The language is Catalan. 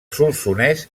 solsonès